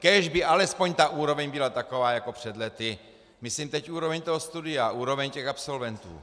Kéž by alespoň ta úroveň byla taková jako před lety, myslím teď úroveň studia, úroveň absolventů!